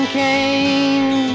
came